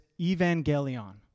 Evangelion